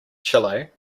chile